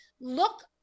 Look